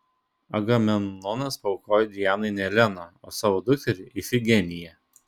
agamemnonas paaukojo dianai ne eleną o savo dukterį ifigeniją